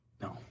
No